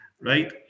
right